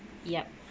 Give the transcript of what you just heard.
yup